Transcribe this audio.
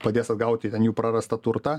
padės atgauti ten jų prarastą turtą